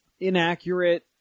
inaccurate